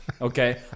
okay